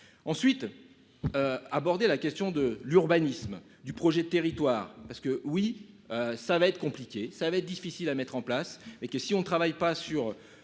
ensuite. Abordé la question de l'urbanisme, du projet de territoire parce que oui ça va être compliqué, ça va être difficile à mettre en place et que si on travaille pas sur